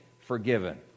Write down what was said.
forgiven